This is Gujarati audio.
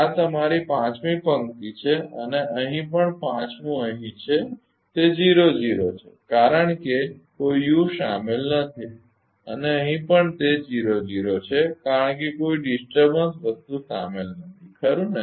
આ તમારી પાંચમી પંક્તિ છે અને અહીં પણ પાંચમું અહીં છે તે 00 છે કારણ કે કોઈ યુ શામેલ નથી અને અહીં પણ તે 00 છે કારણ કે કોઈ ડિસર્ટબન્સ વસ્તુ શામેલ નથી ખરુ ને